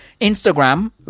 Instagram